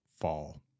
fall